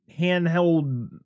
handheld